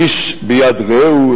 איש ביד רעהו,